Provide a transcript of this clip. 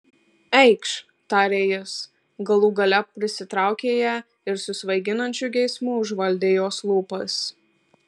eikš tarė jis galų gale prisitraukė ją ir su svaiginančiu geismu užvaldė jos lūpas